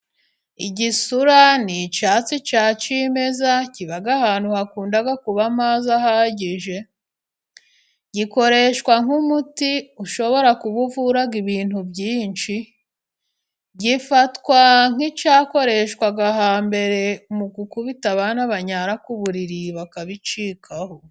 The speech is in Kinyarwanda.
Igisura ni icyatsi cya cyimeza, kiba ahantu hakunda kuba amazi ahagije. Gikoreshwa nk'umuti ushobora kuba uvura ibintu byinshi. Gifatwa nk'icyakoreshwaga hambere mu gukubita abana banyara ku buriri bakabicikaho.